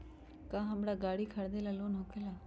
का हमरा गारी खरीदेला लोन होकेला?